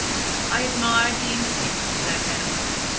i admired the instinct of those animals